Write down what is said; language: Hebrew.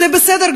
זה בסדר,